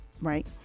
right